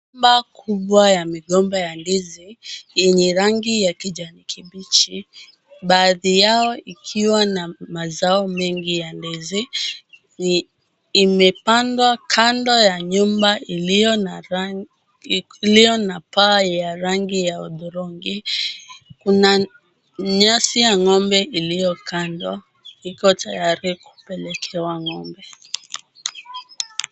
Shamba kubwa ya migomba ya ndizi yenye rangi ya kijani kibichi. Baadhi yao ikiwa na mazao mengi ya ndizi imepandwa kando ya nyumba iliyo na rangi iliyo na paa ya rangi ya dhurungi kuna nyasi ya ng'ombe iliyo kando. Iko tayari kupelekewa ng'ombe.